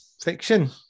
Fiction